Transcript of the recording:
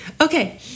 Okay